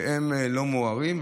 שהם לא מוארים.